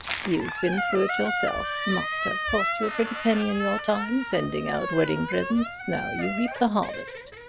you've been through it yourself. must have cost you a pretty penny in your time sending out wedding presents! now you reap the harvest.